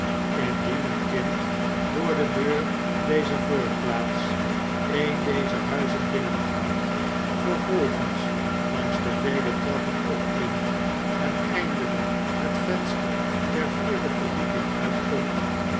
een kind door de deur der voorplaats een dezer huizen binnengaat vervolgens langs de vele trappen opklimt en eindelyk het venster der vierde verdieping uitkomt